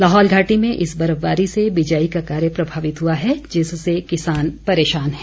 लाहौल घाटी में इस बर्फबारी से बिजाई का कार्य प्रभावित हुआ है जिससे किसान परेशान हैं